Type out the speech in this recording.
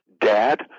dad